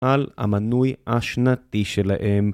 על המנוי השנתי שלהם.